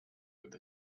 with